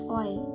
oil